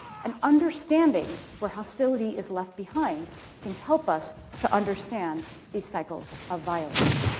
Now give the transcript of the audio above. and understanding where hostility is left behind can help us to understand these cycles of violence.